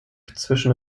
zwischen